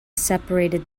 separated